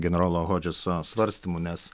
generolo hodžeso svarstymų nes